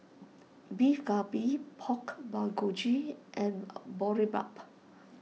Beef Galbi Pork Bulgogi and Boribap